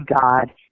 God